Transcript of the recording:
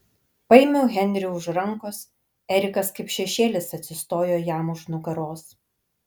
paėmiau henrį už rankos erikas kaip šešėlis atsistojo jam už nugaros